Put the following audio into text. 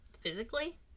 physically